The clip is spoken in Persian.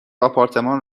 آپارتمان